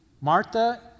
Martha